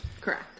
Correct